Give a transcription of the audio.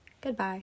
goodbye